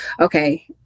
okay